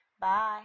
Bye